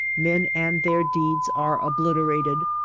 men and their deeds are obliterated,